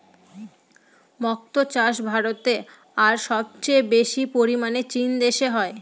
মক্তো চাষ ভারতে আর সবচেয়ে বেশি পরিমানে চীন দেশে হয়